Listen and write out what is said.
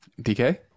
DK